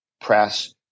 press